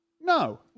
No